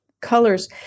colors